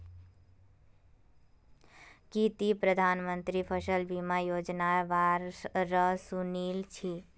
की ती प्रधानमंत्री फसल बीमा योजनार बा र सुनील छि